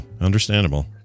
understandable